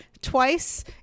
twice